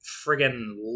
friggin